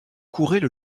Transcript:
couraient